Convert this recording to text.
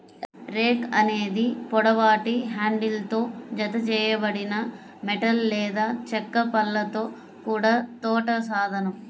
rake అనేది పొడవాటి హ్యాండిల్తో జతచేయబడిన మెటల్ లేదా చెక్క పళ్ళతో కూడిన తోట సాధనం